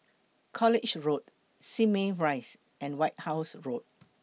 College Road Simei Rise and White House Road